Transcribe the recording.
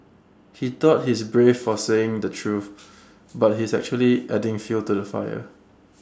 he thought he's brave for saying the truth but he's actually adding fuel to the fire